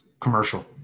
Commercial